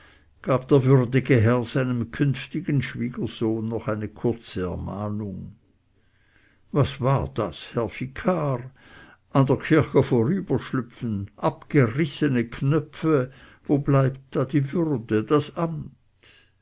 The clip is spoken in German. gab der würdige herr seinem künftigen schwiegersohne noch eine kurze ermahnung was war das herr vikar an der kirche vorüberschlüpfen abgerissene knöpfe wo bleibt da die würde das amt